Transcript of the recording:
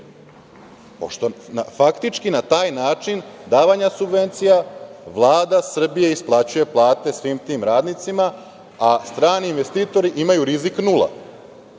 Pošto, faktički, na taj način, davanjem subvencija, Vlada Srbija isplaćuje plate svim tim radnicima, a strani investitori imaju rizik nula.